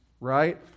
right